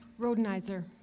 Rodenizer